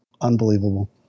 unbelievable